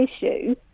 issue